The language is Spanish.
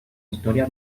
historia